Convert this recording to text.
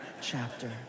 chapter